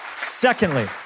Secondly